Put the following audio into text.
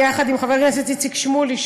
ביחד עם חבר הכנסת איציק שמולי,